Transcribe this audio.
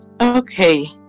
okay